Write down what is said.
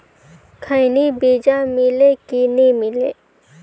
खैनी बिजा मिले कि नी मिले?